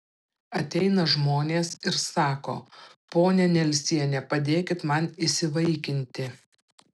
ateina žmonės ir sako ponia nelsiene padėkit man įsivaikinti